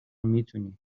میتونی